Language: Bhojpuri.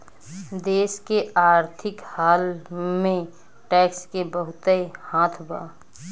देश के आर्थिक हाल में टैक्स के बहुते हाथ बा